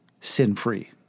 sin-free